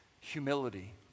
Humility